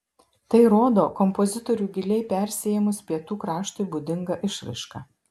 tai rodo kompozitorių giliai persiėmus pietų kraštui būdinga išraiška